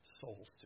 souls